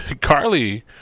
Carly